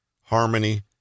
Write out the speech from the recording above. harmony